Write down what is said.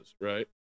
right